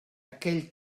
aquell